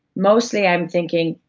mostly i'm thinking,